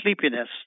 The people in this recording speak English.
sleepiness